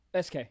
SK